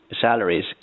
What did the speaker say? salaries